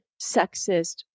sexist